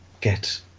get